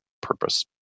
purpose